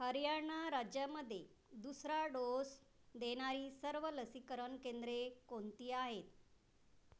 हरियाणा राज्यामध्ये दुसरा डोस देणारी सर्व लसीकरण केंद्रे कोणती आहेत